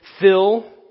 fill